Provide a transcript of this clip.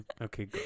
Okay